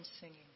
singing